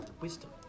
Wisdom